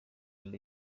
mbere